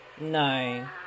No